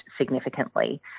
significantly